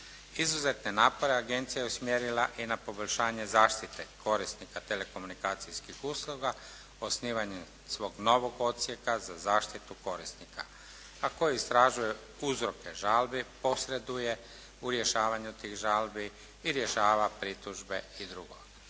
Izuzetne napore Agencija je usmjerila i na poboljšanje zaštite korisnika telekomunikacijskih usluga, osnivanje svog novog Odsjeka za zaštitu korisnika, a koji istražuje uzroke žalbi, posreduje u rješavanju tih žalbi i rješava pritužbe i drugo.